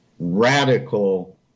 radical